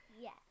Yes